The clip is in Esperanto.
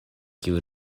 kiuj